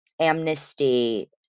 amnesty